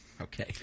Okay